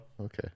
Okay